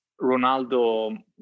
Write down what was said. Ronaldo